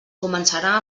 començarà